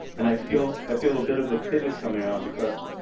and i feel i feel a bit of a pivot coming on because,